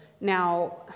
Now